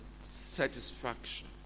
satisfaction